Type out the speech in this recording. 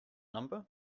number